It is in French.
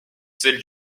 celle